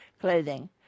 clothing